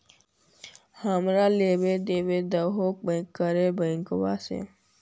हमरा लोनवा देलवा देहो करने बैंकवा से?